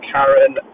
Karen